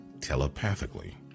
telepathically